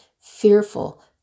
fearful